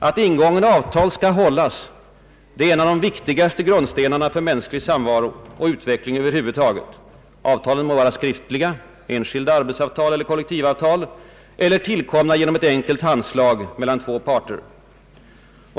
Att ingångna avtal skall hållas, det är en av de viktigaste grundstenarna för mänsklig samvaro och utveckling över huvud taget, avtalen må vara skriftliga, enskilda arbetsavtal eller kollektivavtal eller tillkomna genom ett enkelt handslag mellan två parter.